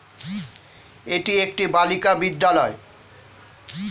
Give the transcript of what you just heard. এটি একটি বালিকা বিদ্যালয়